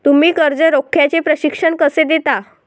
तुम्ही कर्ज रोख्याचे प्रशिक्षण कसे देता?